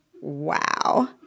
wow